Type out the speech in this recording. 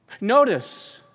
Notice